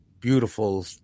beautiful